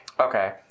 Okay